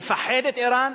מפחדת אירן,